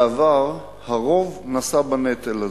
בעבר הרוב נשא בנטל הזה,